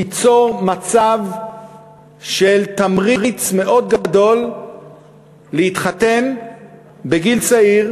תיצור מצב של תמריץ מאוד גדול להתחתן בגיל צעיר,